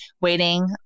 waiting